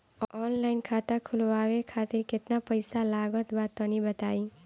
Online खाता खूलवावे खातिर केतना पईसा लागत बा तनि बताईं?